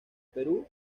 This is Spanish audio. perú